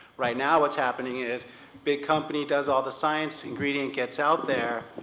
right now what's happening is big company does all the science, ingredient gets out there,